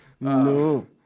No